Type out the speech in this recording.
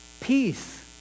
Peace